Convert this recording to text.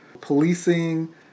policing